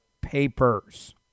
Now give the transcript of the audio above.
papers